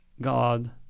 God